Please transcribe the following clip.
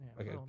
Okay